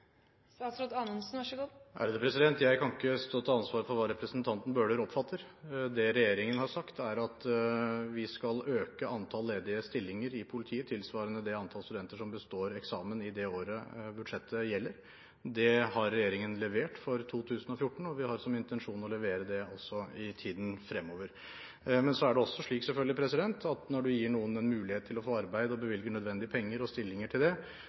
Jeg kan ikke stå til ansvar for hva representanten Bøhler oppfatter. Det regjeringen har sagt, er at vi skal øke antallet ledige stillinger i politiet tilsvarende antallet studenter som består eksamen det året budsjettet gjelder for. Det har regjeringen levert for 2014, og vi har som intensjon å levere det også i tiden fremover. Men så er det selvfølgelig også slik at når man gir noen en mulighet til å få arbeid og bevilger nødvendig med penger og stillinger til det,